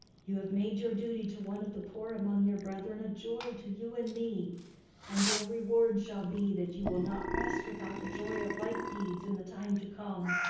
you have made your duty to one of the poor among your brethren a joy to you and me and your reward shall be that you will not rest without the joy of like deeds in the time to come.